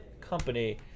company